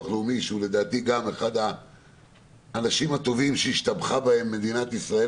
הלאומי שהוא לדעתי אחד האנשים הטובים שהשתבחה בהם מדינת ישראל,